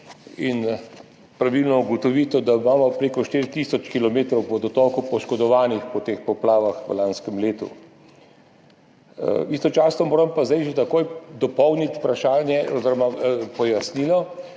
in pravilno ugotovitev, da imamo prek 4 tisoč kilometrov vodotokov poškodovanih po teh poplavah v lanskem letu. Istočasno moram pa zdaj že takoj dopolniti vprašanje oziroma pojasnilo,